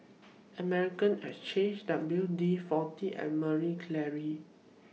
Armani Exchange W D forty and Marie Claire